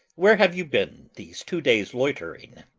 where have you been these two days loitering?